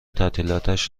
تعطیلاتش